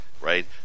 right